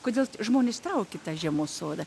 kodėl žmones traukia į tą žiemos sodą